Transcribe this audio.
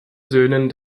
söhnen